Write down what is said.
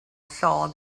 saw